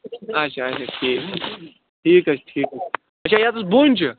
اچھا اچھا ٹھیٖک ٹھیٖک حظ چھِ ٹھیٖک حظ چھِ اچھا یَتٕس بۄنہِ چھِ